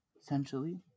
Essentially